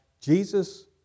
Jesus